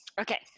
Okay